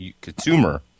consumer